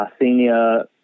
senior